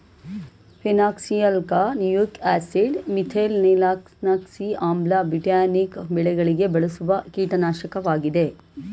phenoxyalkanoic acid, methylphenoxy ಆಮ್ಲ, butanoic ಬೆಳೆಗಳಿಗೆ ಬಳಸುವ ಕೀಟನಾಶಕವಾಗಿದೆ